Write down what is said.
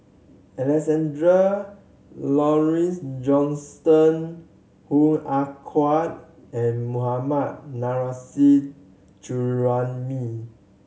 Alexander Laurie Johnston Hoo Ah Kay and Mohammad Nurrasyid Juraimi